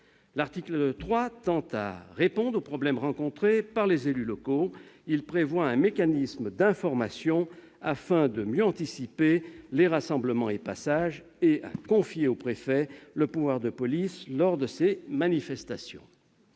L'article 3 tend à répondre aux problèmes rencontrés par les élus locaux. Il prévoit un mécanisme d'information afin de mieux anticiper les rassemblements et passages et confie au préfet le pouvoir de police lors de ces manifestations.